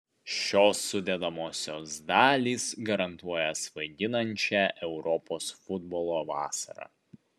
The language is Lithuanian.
šios sudedamosios dalys garantuoja svaiginančią europos futbolo vasarą